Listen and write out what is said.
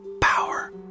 power